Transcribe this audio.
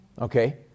Okay